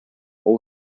all